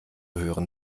hören